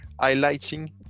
highlighting